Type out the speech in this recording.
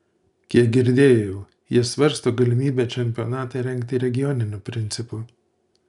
kiek girdėjau jie svarsto galimybę čempionatą rengti regioniniu principu